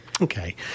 okay